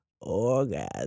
orgasm